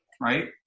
right